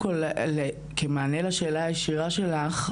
כמענה לשאלה הישירה שלך,